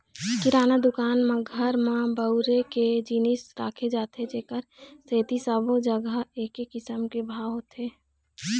किराना दुकान म घर म बउरे के जिनिस राखे जाथे जेखर सेती सब्बो जघा एके किसम के भाव होथे